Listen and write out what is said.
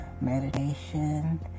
meditation